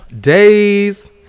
days